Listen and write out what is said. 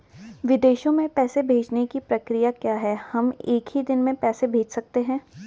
विदेशों में पैसे भेजने की प्रक्रिया क्या है हम एक ही दिन में पैसे भेज सकते हैं?